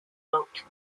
wrote